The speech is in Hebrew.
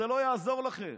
זה לא יעזור לכם.